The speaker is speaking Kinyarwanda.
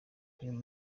uyu